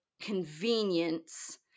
convenience